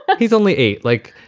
like he's only eight, like,